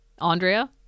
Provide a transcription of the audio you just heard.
Andrea